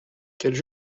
quelle